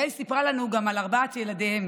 יעל סיפרה לנו גם על ארבעת ילדיהם,